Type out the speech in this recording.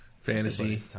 Fantasy